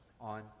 on